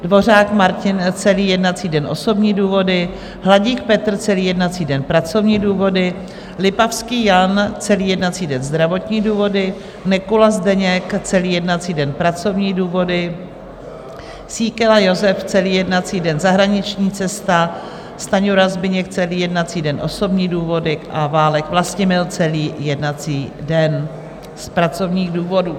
Dvořák Martin celý jednací den osobní důvody, Hladík Petr celý jednací den pracovní důvody, Lipavský Jan celý jednací den zdravotní důvody, Nekula Zdeněk celý jednací den pracovní důvody, Síkela Jozef celý jednací den zahraniční cesta, Stanjura Zbyněk celý jednací den osobní důvody a Válek Vlastimil celý jednací den z pracovních důvodů.